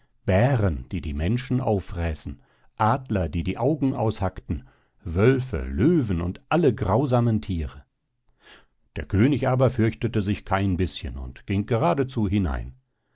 bären die die menschen auffräßen adler die die augen aushackten wölfe löwen und alle grausamen thiere der könig aber fürchtete sich kein bischen und ging geradezu hinein